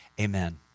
Amen